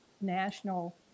national